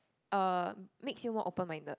uh makes you more open minded